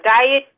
diet